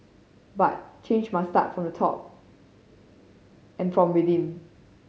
but change must start from the top and from within